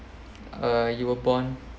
uh you were born